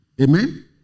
Amen